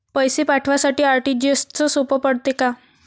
पैसे पाठवासाठी आर.टी.जी.एसचं सोप पडते का?